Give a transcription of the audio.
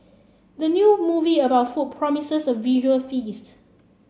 the new movie about food promises a visual feast